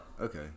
Okay